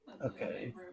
Okay